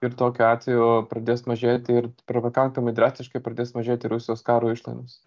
ir tokiu atveju pradės mažėti ir prerokankamai drastiškai pradės mažėti rusijos karo išlaidos